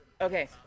Okay